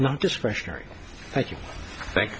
not discretionary thank you thank